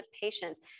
patients